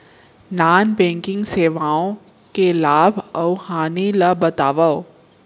non banking सेवाओं के लाभ अऊ हानि ला बतावव